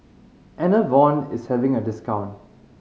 Enervon is having a discount